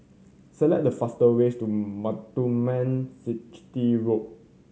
select the fastest way to Muthuraman Chetty Road